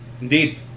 Indeed